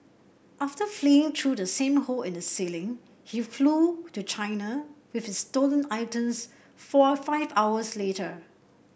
after fleeing through the same hole in the ceiling he flew to China with his stolen items four five hours later